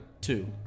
Two